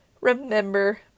remember